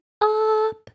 up